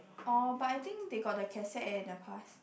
orh but I think they got the cassette eh in the past